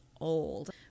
old